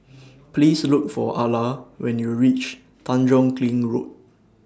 Please Look For Ala when YOU REACH Tanjong Kling Road